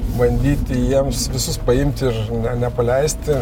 bandyti jiems visus paimti ir nepaleisti